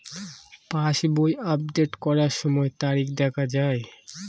পাসবই update করার সময়ে তারিখ দেখা য়ায়?